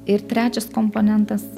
ir trečias komponentas